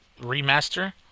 remaster